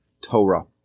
Torah